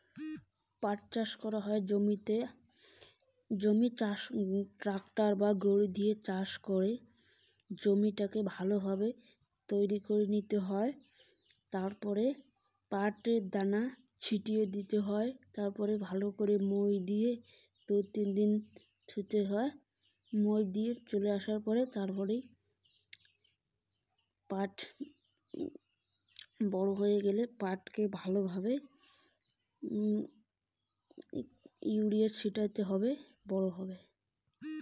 পাট চাষ কীভাবে করা হয়?